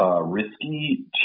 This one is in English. Risky